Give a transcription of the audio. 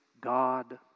God